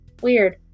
Weird